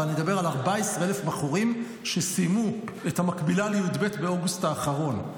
ואני מדבר על 14,000 בחורים שסיימו את המקבילה לי"ב באוגוסט האחרון.